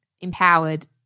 empowered